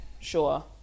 sure